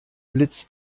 blitz